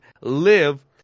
live